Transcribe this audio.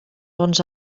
bons